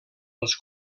els